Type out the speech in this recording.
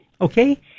Okay